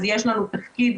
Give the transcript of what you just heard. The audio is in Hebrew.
היא נמצאת איתנו.